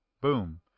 boom